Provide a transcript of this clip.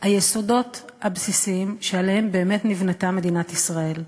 היסודות הבסיסיים שעליהם נבנתה מדינת ישראל.